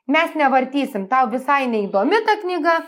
mes nevartysim tau visai neįdomi ta knyga